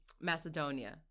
Macedonia